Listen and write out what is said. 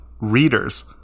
readers